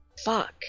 fuck